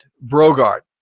Brogard